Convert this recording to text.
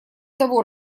того